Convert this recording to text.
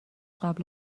قبل